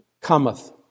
cometh